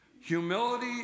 Humility